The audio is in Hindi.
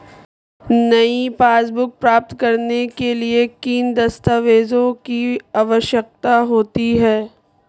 नई पासबुक प्राप्त करने के लिए किन दस्तावेज़ों की आवश्यकता होती है?